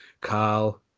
Carl